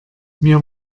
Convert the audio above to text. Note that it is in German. mir